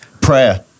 prayer